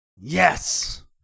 yes